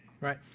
right